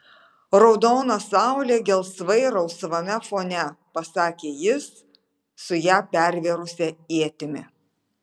raudona saulė gelsvai rausvame fone pasakė jis su ją pervėrusia ietimi